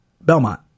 Belmont